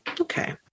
okay